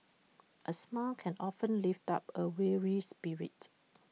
A smile can often lift up A weary spirit